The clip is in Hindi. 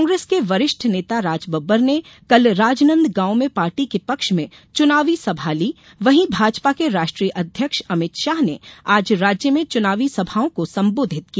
कांग्रेस के वरिष्ठ नेता राजबब्बर ने कल राजनांदगाव में पार्टी के पक्ष में चुनावी सभा ली वहीं भाजपा के राष्ट्रीय अध्यक्ष अमित शाह ने आज राज्य में चुनावी सभाओं को संबोधित किया